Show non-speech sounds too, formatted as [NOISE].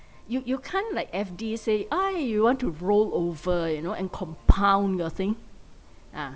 you you can't like F_D say [NOISE] you want to grow over you know and compound your thing ah